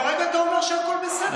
כרגע אתה אומר שהכול בסדר.